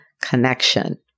connection